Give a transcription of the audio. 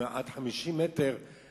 עד 50 מטרים,